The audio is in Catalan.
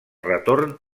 retorn